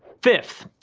fifth,